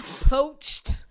Poached